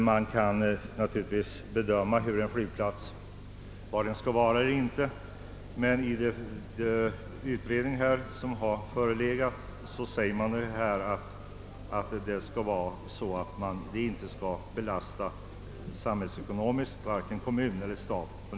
Man kan givetvis diskutera var en flygplats skall förläggas, men den föreliggande utredningen har uttalat att anläggandet av nya flygplatser inte skall samhällsekonomiskt belasta vare sig kommun eller stat.